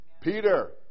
Peter